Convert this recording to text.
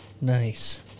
nice